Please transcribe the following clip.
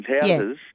houses